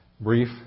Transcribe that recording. brief